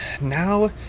now